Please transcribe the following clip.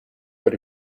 per